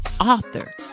author